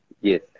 Yes